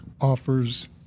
offers